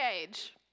age